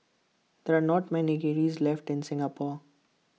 there are not many kilns left in Singapore